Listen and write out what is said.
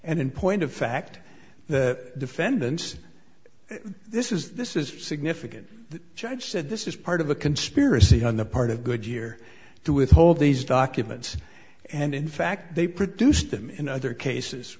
and in point of fact the defendants this is this is significant judge said this is part of a conspiracy on the part of good year to withhold these documents and in fact they produced them in other cases